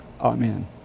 Amen